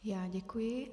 Já děkuji.